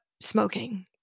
smoking